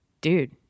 dude